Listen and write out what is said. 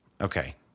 Okay